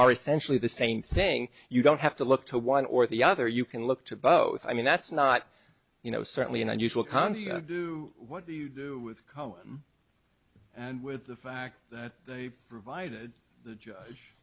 are essentially the same thing you don't have to look to one or the other you can look to both i mean that's not you know certainly an unusual concept to do what you do with cohen and with the fact that they provided the judge